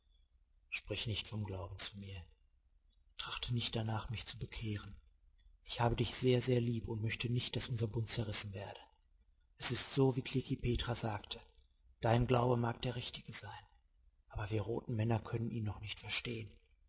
sprich nicht vom glauben zu mir trachte nicht danach mich zu bekehren ich habe dich sehr sehr lieb und möchte nicht daß unser bund zerrissen werde es ist so wie klekih petra sagte dein glaube mag der richtige sein aber wir roten männer können ihn noch nicht verstehen